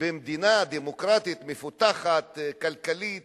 במדינה דמוקרטית מפותחת כלכלית